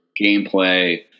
gameplay